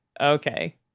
okay